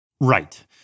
Right